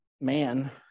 man